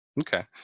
Okay